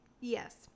Yes